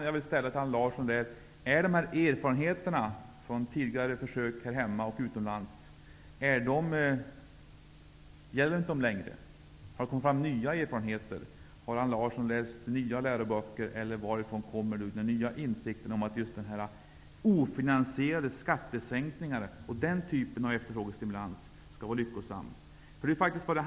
Jag vill nu fråga Allan Larsson om dessa erfarenheter från tidigare försök här hemma och utomlands inte gäller längre. Har det kommit fram nya erfarenheter? Har Allan Larsson läst nya läroböcker, eller varifrån kommer den nya insikten om att just den ofinansierade skattesänkningen och liknande efterfrågestimulans skall vara lyckosam?